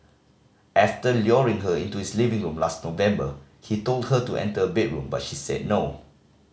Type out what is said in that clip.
after luring her into his living room last November he told her to enter a bedroom but she said no